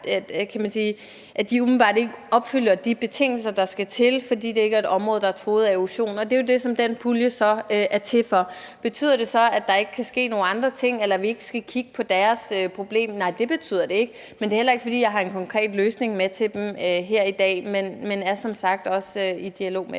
at de umiddelbart ikke opfylder de betingelser, der skal til, fordi det ikke er et område, der er truet af erosion, og det er jo det, som den pulje er til for. Betyder det så, at der ikke kan ske nogle andre ting, eller at vi ikke skal kigge på deres problem? Nej, det gør det ikke, men det er heller ikke, fordi jeg har en konkret løsning med til dem her i dag. Men jeg er som sagt i dialog med